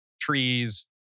trees